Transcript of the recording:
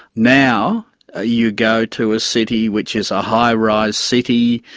now ah you go to a city which is a high-rise city,